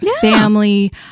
family